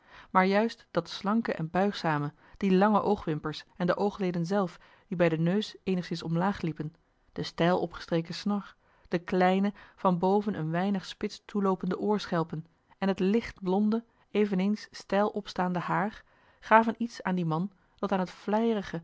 maar juist dat slanke en buigzame die lange oogwimpers en de oogleden zelf die bij den neus eenigszins omlaag liepen de steil opgestreken snor de kleine van boven een weinig spits toeloopende oorschelpen en het lichtblonde eveneens steil opstaande haar gaven iets aan dien man dat aan het